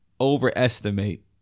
overestimate